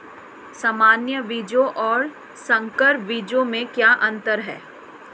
सामान्य बीजों और संकर बीजों में क्या अंतर है?